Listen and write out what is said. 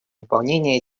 выполнения